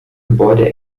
gebäude